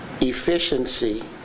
efficiency